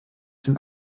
den